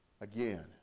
again